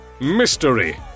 mystery